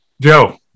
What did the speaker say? Joe